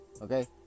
okay